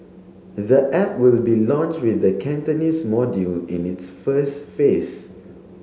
the app will be launch with the Cantonese module in its first phase